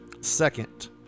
second